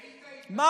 כשהיית, איפה אתה?